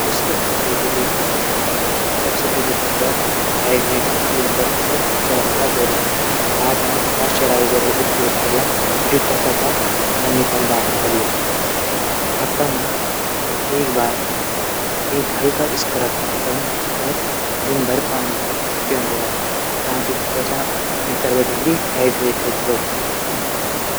खुष्क त्वचा देखभाल कनाले सबसे पैली हम योक हाइड्रेड क्लीनर से चेहरा थै धोला। बाद मा मोचराइजर कू उपयोग कला जू हथो तै नमी प्रदान कलू। हप्ता मा एक बार एक हल्का स्क्रब कन और दिनभर पाणी पींदू रैण। ताकी त्वचा भितर बिटै भी हाइड्रेड रौ।